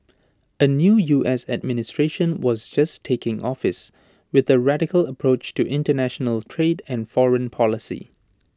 A new U S administration was just taking office with A radical approach to International trade and foreign policy